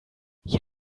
you